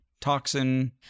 toxin